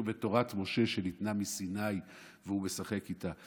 בתורת משה שניתנה מסיני והוא משחק איתה?